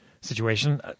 situation